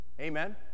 Amen